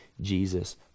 Jesus